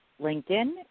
LinkedIn